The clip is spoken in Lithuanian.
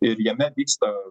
ir jame vyksta